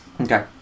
Okay